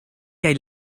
kaj